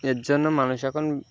এর জন্য মানুষ এখন